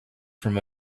from